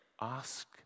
Ask